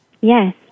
Yes